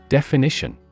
Definition